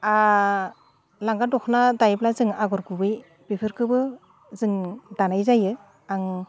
लांगा दखना दायोब्ला जों आगर गुबै बेफोरखौबो जों दानाय जायो आं